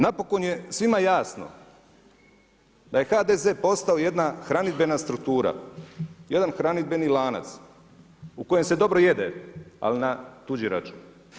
Napokon je svima jasno da je HDZ postao jedna hranidbena struktura, jedan hranidbeni lanac u kojem se dobro jede, ali na tuđi račun.